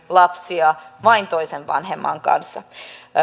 lapsia vain toisen vanhemman kanssa